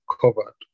covered